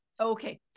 okay